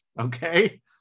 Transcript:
okay